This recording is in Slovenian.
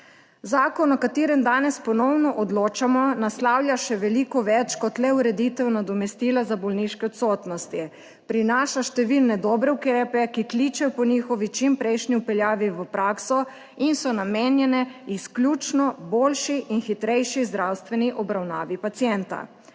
Zakon, o katerem danes ponovno odločamo, naslavlja še veliko več kot le ureditev nadomestila za bolniške odsotnosti. Prinaša številne dobre ukrepe, ki kličejo po njihovi čimprejšnji vpeljavi v prakso in so namenjeni izključno boljši in hitrejši zdravstveni obravnavi pacienta